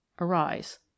arise